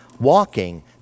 walking